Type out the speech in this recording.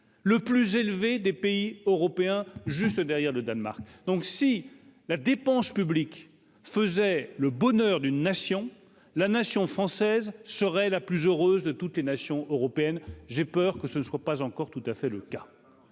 le plus élevé des pays européens, juste derrière le Danemark, donc si la dépense publique, faisait le bonheur d'une nation, la nation française serait la plus heureuse de toutes les nations européennes, j'ai peur que ce ne soit pas encore tout à fait le cas